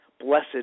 Blessed